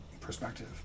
perspective